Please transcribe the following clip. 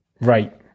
Right